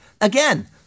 Again